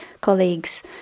colleagues